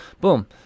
boom